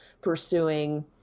pursuing